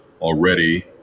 already